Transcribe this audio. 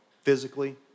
physically